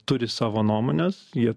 turi savo nuomones jie